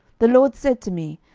the lord said to me,